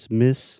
miss